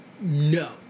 no